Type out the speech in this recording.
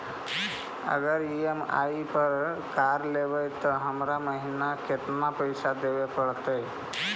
अगर ई.एम.आई पर कार लेबै त हर महिना केतना पैसा देबे पड़तै?